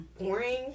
boring